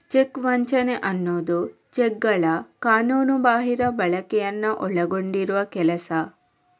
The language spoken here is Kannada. ಚೆಕ್ ವಂಚನೆ ಅನ್ನುದು ಚೆಕ್ಗಳ ಕಾನೂನುಬಾಹಿರ ಬಳಕೆಯನ್ನ ಒಳಗೊಂಡಿರುವ ಕೆಲಸ